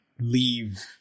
leave